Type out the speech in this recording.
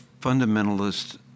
fundamentalist